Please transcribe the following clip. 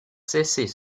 cesser